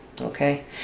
Okay